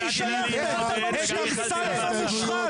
אנחנו רוצים התייעצות סיעתית.